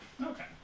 Okay